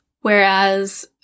Whereas